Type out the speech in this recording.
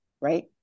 right